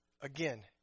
again